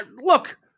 look